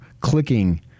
clicking